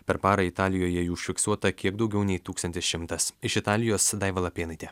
per parą italijoje užfiksuota kiek daugiau nei tūkstantis šimtas iš italijos daiva lapėnaitė